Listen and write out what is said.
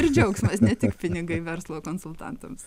ir džiaugsmas ne tik pinigai verslo konsultantams